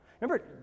Remember